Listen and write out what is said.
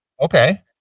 Okay